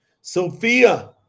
Sophia